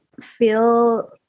feel